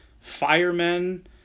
firemen